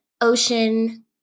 ocean